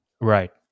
Right